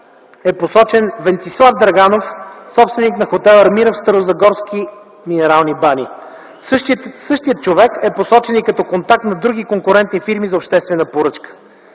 е посочен Венцислав Драганов - собственик на хотел „Армира” в с. Старозагорски минерални бани. Същият човек е посочен и като контакт на други конкурентни фирми за обществената поръчка.